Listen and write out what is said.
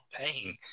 paying